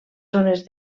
zones